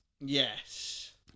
Yes